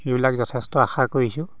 সেইবিলাক যথেষ্ট আশা কৰিছো